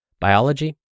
biology